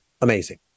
amazing